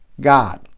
God